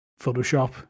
Photoshop